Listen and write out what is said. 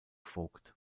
vogt